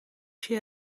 she